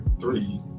three